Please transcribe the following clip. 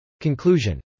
Conclusion